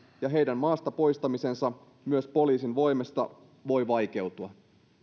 ja heidän maasta poistamisensa myös poliisin toimesta voi vaikeutua